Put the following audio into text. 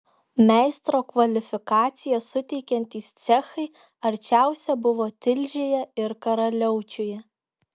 meistro kvalifikaciją suteikiantys cechai arčiausia buvo tilžėje ir karaliaučiuje